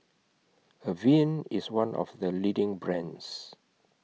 Avene IS one of The leading brands